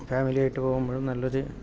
ഫാമിലിയായിട്ട് പോകുമ്പോഴും നല്ലൊരു